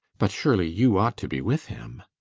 but surely you ought to be with him.